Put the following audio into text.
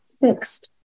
fixed